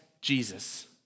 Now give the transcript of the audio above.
Jesus